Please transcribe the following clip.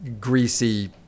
greasy